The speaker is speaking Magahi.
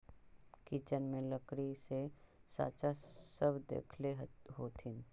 किचन में लकड़ी के साँचा सब देखले होथिन